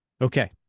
okay